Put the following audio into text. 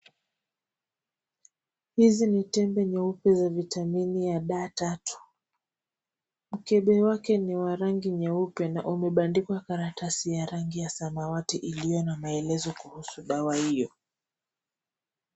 Hizi ni tembe nyeupe za vitamini ya D3, mkebe wake ni wa rangi nyeupe na umebandikwa karatasi ya rangi ya samawati iliyo na maelezo kuhusu dawa hiyo.